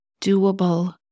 doable